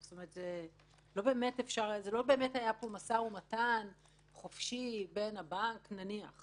לא באמת היה פה משא-ומתן חופשי בין הבנק נניח